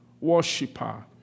worshiper